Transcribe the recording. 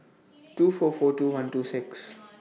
two four four two one two six